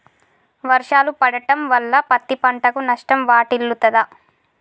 వర్షాలు పడటం వల్ల పత్తి పంటకు నష్టం వాటిల్లుతదా?